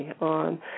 on